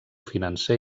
financer